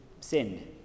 sinned